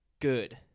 good